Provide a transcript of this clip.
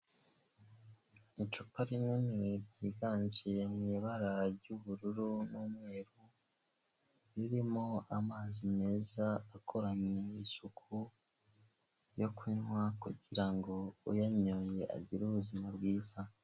Icupa rinini ryiganje mu ibara ry'ubururu n'umweru, ririmo amazi meza akoranye n'isuku yo kunywa kugira ngo uyanyoye agire ubuzima bwiza.